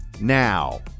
Now